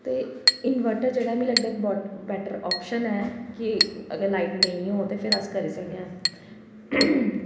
ते इनवर्टर जेह्ड़ा मिगी लगदा इक्क बैटर आप्शन ऐ मिगी लगदा की अगर लाईट नेईं होऐ ते फिर अस करी सकने आं